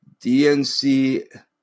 DNC